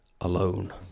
Alone